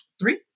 three